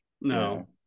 no